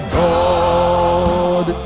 god